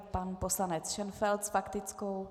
Pan poslanec Šenfeld s faktickou.